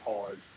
hard